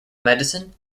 medicine